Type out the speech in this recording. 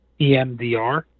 EMDR